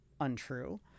untrue